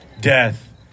death